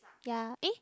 ya eh